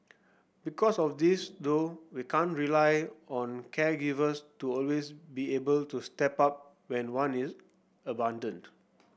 because of this though we can't rely on caregivers to always be able to step up when one is abandoned